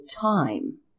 time